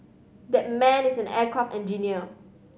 that man is an aircraft engineer